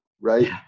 Right